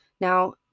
Now